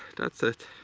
that's it.